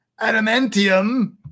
Adamantium